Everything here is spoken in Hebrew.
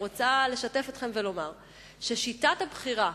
אני רוצה לשתף אתכם ולומר ששיטת הבחירה